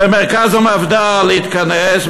ומרכז המפד"ל התכנס,